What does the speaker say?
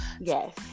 Yes